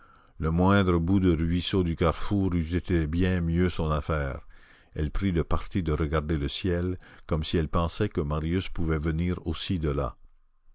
le moindre bout de ruisseau du carrefour eût été bien mieux son affaire elle prit le parti de regarder le ciel comme si elle pensait que marius pouvait venir aussi de là